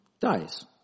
dies